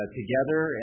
together